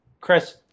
Chris